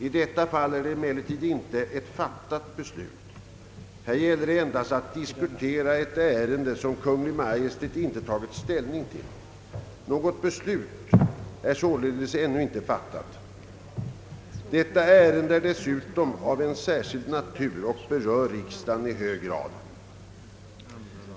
I detta fall är det emellertid inte fråga om ett fattat beslut, utan det gäller endast att diskutera ett ärende som Kungl. Maj:t ännu inte tagit ställning till. Detta ärende är dessutom av en särskild natur och berör i hög grad riksdagen.